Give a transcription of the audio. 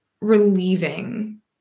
relieving